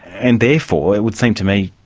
and therefore it would seem to me,